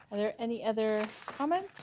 ah there any other comment,